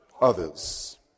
others